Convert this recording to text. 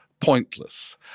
pointless